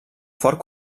fort